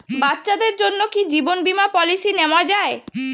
বাচ্চাদের জন্য কি জীবন বীমা পলিসি নেওয়া যায়?